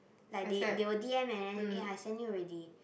like they they will D_M and then eh I send you already